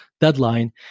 deadline